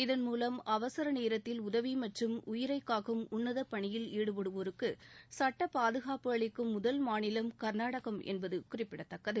இதன் மூலம் அவசர நேரத்தில் உதவி மற்றும் உயிரை காக்கும் உள்னத பணியில் ஈடுபடுவோருக்கு சுட்ட பாதுகாப்பு அளிக்கும் முதல் மாநிலம் கர்நாடகம் என்பது குறிப்பிடத்தக்கது